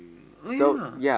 oh ya